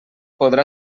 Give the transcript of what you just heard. podrà